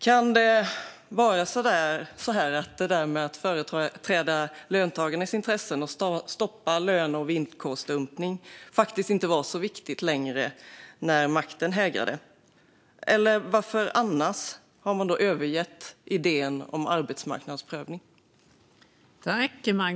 Kan det vara så att det där med att företräda löntagarnas intressen och stoppa löne och villkorsdumpning faktiskt inte var så viktigt längre när makten hägrade? Eller varför har man annars övergett idén om arbetsmarknadsprövning?